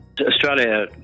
Australia